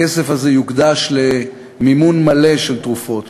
הכסף הזה יוקדש למימון מלא של תרופות,